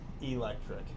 electric